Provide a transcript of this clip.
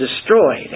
destroyed